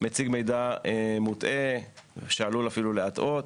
מציג מידע מוטעה שעלול אפילו להטעות.